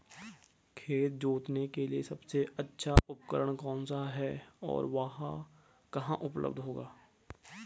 खेत जोतने के लिए सबसे अच्छा उपकरण कौन सा है और वह कहाँ उपलब्ध होगा?